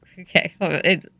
okay